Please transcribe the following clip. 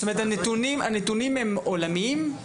זאת אומרת הנתונים הם עולמיים?